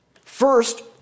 First